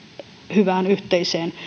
hyvään yhteiseen